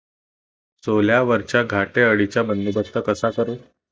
सोल्यावरच्या घाटे अळीचा बंदोबस्त कसा करू?